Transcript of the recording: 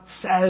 says